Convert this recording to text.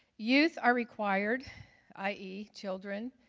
youth are required i e, children,